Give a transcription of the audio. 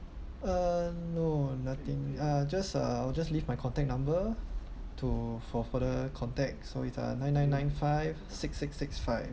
uh no nothing uh just uh I will just leave my contact number to for for the contact so it's uh nine nine nine five six six six five